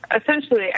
Essentially